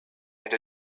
and